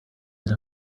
that